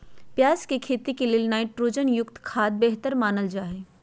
प्याज के खेती ले नाइट्रोजन युक्त खाद्य बेहतर मानल जा हय